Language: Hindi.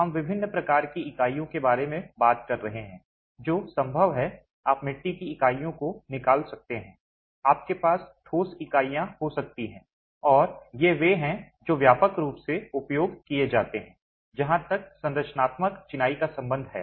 हम विभिन्न प्रकार की इकाइयों के बारे में बात कर रहे हैं जो संभव है आप मिट्टी की इकाइयों को निकाल सकते हैं आपके पास ठोस इकाइयां हो सकती हैं और ये वे हैं जो व्यापक रूप से उपयोग किए जाते हैं जहां तक संरचनात्मक चिनाई का संबंध है